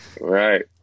Right